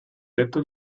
tetto